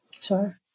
Sure